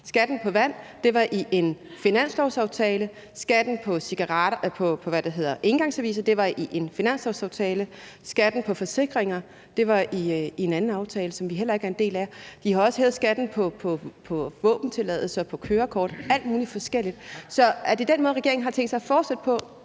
Skatten på vand kom i en finanslovsaftale. Skatten på engangsservice kom i en finanslovsaftale. Skatten på forsikringer kom i en anden aftale, som vi heller ikke er en del af. I har også hævet skatten på våbentilladelser og på kørekort, alt muligt forskelligt. Så er det på den måde, regeringen og Socialdemokraterne